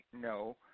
no